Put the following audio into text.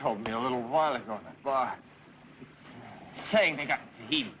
told me a little while ago by saying the